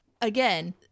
again